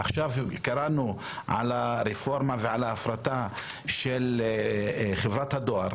עכשיו קראנו על הרפורמה ועל ההפרטה של חברת הדואר,